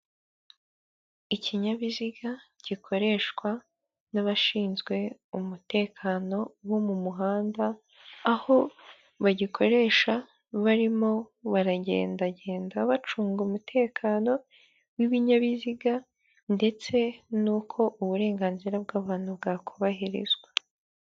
Ikinyabiziga gikoreshwa n'abashinzwe umutekano wo mu muhanda aho bagikoresha barimo baragenda genda bacunga umutekano w'ibinyabiziga ndetse n'uko uburenganzira bw'abantu bwakubahirizwa.